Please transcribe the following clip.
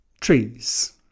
trees